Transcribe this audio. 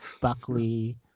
Buckley